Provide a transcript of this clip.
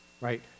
right